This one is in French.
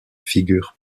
figure